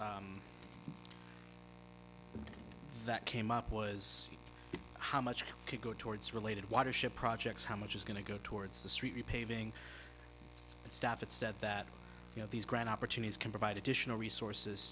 that came up was how much it could go towards related watership projects how much is going to go towards the street paving staff it said that you know these grand opportunities can provide additional resources